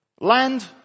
land